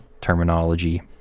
terminology